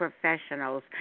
professionals